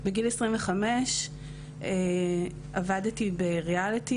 בגיל עשרים וחמש עבדתי בריאליטי,